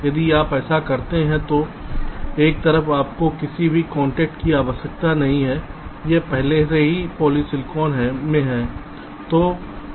यदि आप ऐसा करते हैं तो एक तरफ आपको किसी भी कांटेक्ट की आवश्यकता नहीं है यह पहले से ही पॉलीसिलिकॉन में है